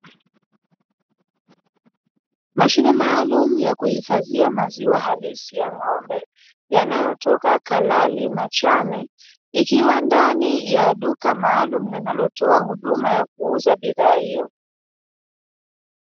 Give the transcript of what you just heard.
Mashine maalumu ya kuhifadhia maziwa halisi ya ng'ombe yanayotoka 'Kalali Machame', ikiwa ndani ya duka maalumu linalotoa huduma ya kuuza bidhaa hiyo.